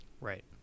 right